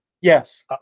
yes